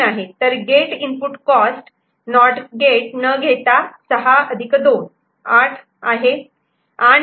तर gate input cost not gate न घेता 6 2 8 आहे